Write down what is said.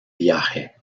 viaje